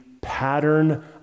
pattern